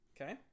Okay